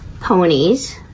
ponies